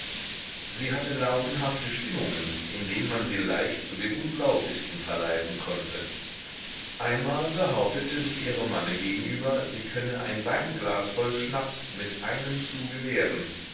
sie hatte launenhafte stimmungen in denen man sie leicht zu dem unglaublichsten verleiten konnte einmal behauptete sie ihrem manne gegenüber sie könne ein weinglas voll schnaps mit einem zuge